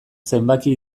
zenbaki